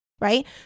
Right